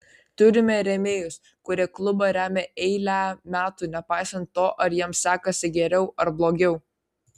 turime rėmėjus kurie klubą remia eilę metų nepaisant to ar jiems sekasi geriau ar blogiau